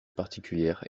particulière